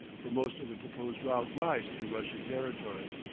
for most of the proposed route lies through russian territory.